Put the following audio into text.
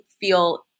feel